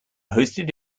hosted